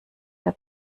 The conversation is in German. der